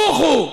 רוחו.